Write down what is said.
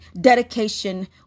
dedication